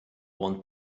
want